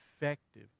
effective